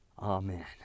Amen